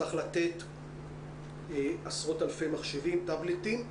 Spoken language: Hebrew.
צריך לתת עשרות מחשבים או טבלטים.